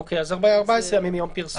אוקיי, אז 14 יום מיום פרסומו.